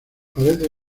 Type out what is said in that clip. parece